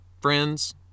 Friends